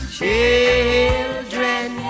Children